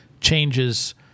changes